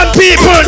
people